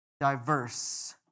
diverse